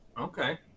Okay